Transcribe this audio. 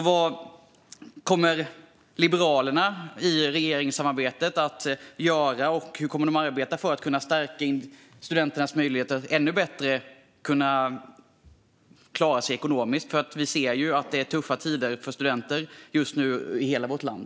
Vad kommer Liberalerna att göra i regeringssamarbetet, och hur kommer de att arbeta för att stärka studenternas möjligheter att klara sig ännu bättre ekonomiskt? Vi ser ju att det just nu är tuffa tider för studenter i hela vårt land.